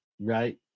right